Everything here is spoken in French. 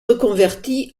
reconverti